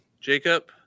Jacob